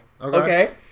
Okay